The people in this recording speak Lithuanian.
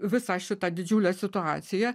visą šitą didžiulę situaciją